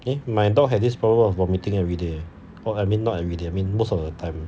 then my dog had this problem of vomiting everyday or I mean not everyday I mean most of the time